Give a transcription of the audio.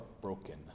broken